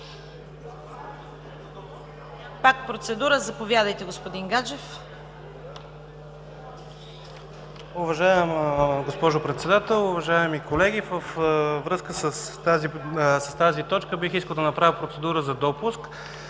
Пак процедура. Заповядайте господин Гаджев.